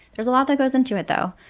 there's a lot that goes into it, though.